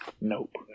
nope